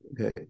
Okay